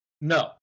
No